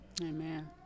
Amen